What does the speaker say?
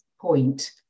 point